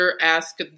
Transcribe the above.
ask